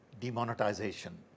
demonetization